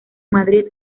madrid